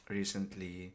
recently